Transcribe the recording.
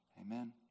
Amen